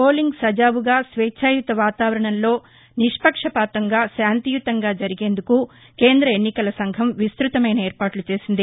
polling సజావుగా స్వేచ్చాయుత వాతావరణంలో నిష్నక్షపాతంగా శాంతియుతంగా జరిగేందుకు కేంద్ర ఎన్నికల సంఘం విస్తతమైన ఏర్పాట్లు చేసింది